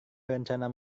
berencana